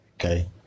okay